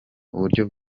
uburyo